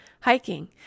hiking